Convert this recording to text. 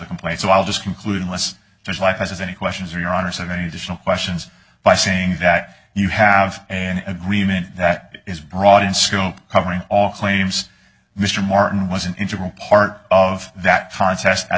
complaint so i'll just conclude unless there's like has any questions or your honour's have any additional questions by saying that you have an agreement that is broad in scope covering all claims mr martin was an integral part of that contest as